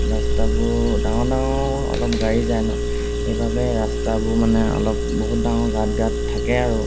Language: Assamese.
ৰাস্তাবোৰ ডাঙৰ ডাঙৰ অলপ গাড়ী যায় ন সেইবাবে ৰাস্তাবোৰ মানে অলপ বহুত ডাঙৰ গাঁত গাঁত থাকে আৰু